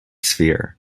sphere